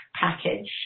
package